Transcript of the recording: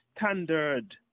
standard